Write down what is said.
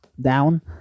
down